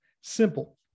Simple